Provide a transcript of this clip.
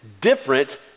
different